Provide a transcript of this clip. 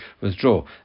withdraw